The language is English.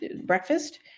breakfast